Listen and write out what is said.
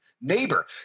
neighbor